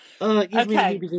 okay